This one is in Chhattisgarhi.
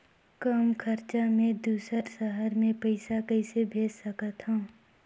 कम खरचा मे दुसर शहर मे पईसा कइसे भेज सकथव?